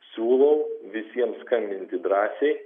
siūlau visiems skambinti drąsiai